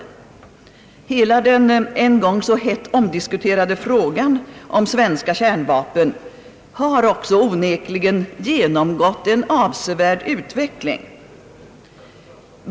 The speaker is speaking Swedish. Hela den en gång så hett omdiskuterade frågan om svenska kärnvapen har onekligen också genomgått en avsevärd utveckling.